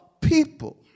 people